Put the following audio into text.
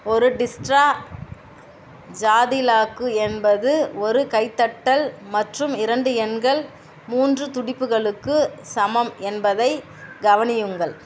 ஒரு டிஸ்ட்ரா ஜாதி லாக்கு என்பது ஒரு கைத்தட்டல் மற்றும் இரண்டு எண்கள் மூன்று துடிப்புகளுக்கு சமம் என்பதைக் கவனியுங்கள்